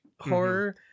horror